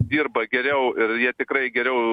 dirba geriau ir jie tikrai geriau